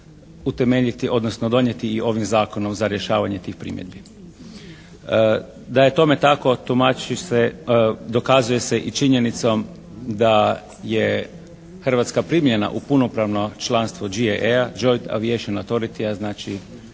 utemeljiti odnosno donijeti i ovim zakonom za rješavanje tih primjedbi. Da je tome tako tumači se, dokazuje se i činjenicom da je Hrvatska primljena u punopravno članstvo GIA – Joid Aviation Autoritya. Znači, Udruženja